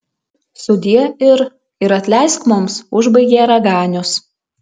sudie ir ir atleisk mums užbaigė raganius